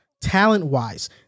Talent-wise